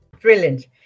Brilliant